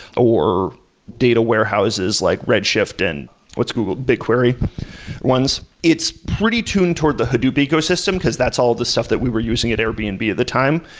or data warehouses like redshift and what's google? bigquery ones. it's pretty tuned toward the hadoop ecosystem, because that's all the stuff that we were using at airbnb and at the time.